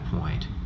point